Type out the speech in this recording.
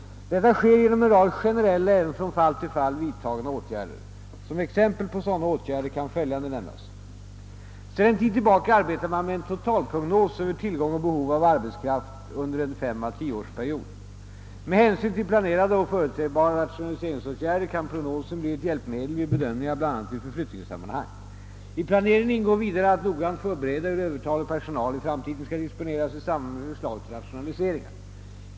Detta sker genom en rad generella och även från fall till fall vidtagna åtgärder. Som exempel på sådan åtgärder kan följande nämnas. Sedan en tid tillbaka arbetar man med en totalprognos över tillgång och behov av arbetskraft under en 5 å 10 årsperiod. Med hänsyn till planerade och förutsebara rationaliseringsåtgärder kan prognosen bli ett hjälpmedel vid bedömningar bl.a. i förflyttningssammanhang. I planeringen ingår vidare att noggrant förbereda hur Övertalig personal i framtiden skall disponeras i samband med förslag till rationaliseringar.